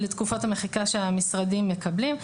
לתקופת המחיקה שהמשרדים מקבלים.